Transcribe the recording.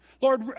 Lord